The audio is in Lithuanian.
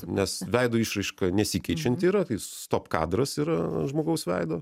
nes veido išraiška nesikeičianti yra tai stop kadras yra žmogaus veido